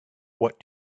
what